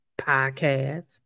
podcast